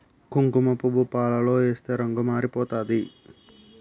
కుంకుమపువ్వు పాలలో ఏస్తే రంగు మారిపోతాది